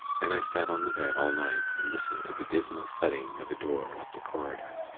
then i sat on the bed all night, and listened to the dismal thudding of a door up the corridor.